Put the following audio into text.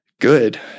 good